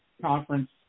conference